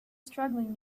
struggling